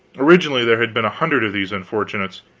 originally there had been a hundred of these unfortunates,